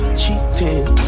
cheating